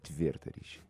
tvirtą ryšį